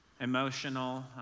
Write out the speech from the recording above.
emotional